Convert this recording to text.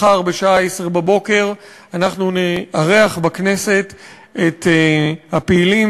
מחר בשעה 10:00 אנחנו נארח בכנסת את הפעילים